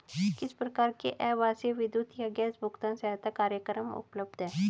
किस प्रकार के आवासीय विद्युत या गैस भुगतान सहायता कार्यक्रम उपलब्ध हैं?